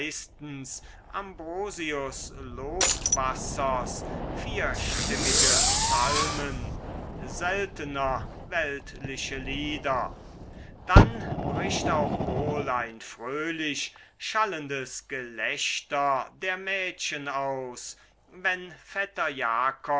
ambrosius lobwassers vierstimmige psalmen seltener weltliche lieder dann bricht auch wohl ein fröhlich schalendes gelächter der mädchen aus wenn